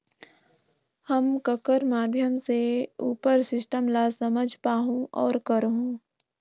हम ककर माध्यम से उपर सिस्टम ला समझ पाहुं और करहूं?